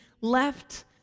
left